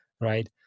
right